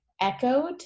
echoed